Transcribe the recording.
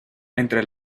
entre